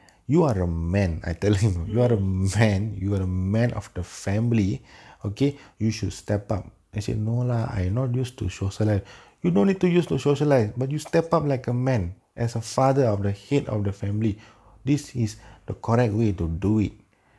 mm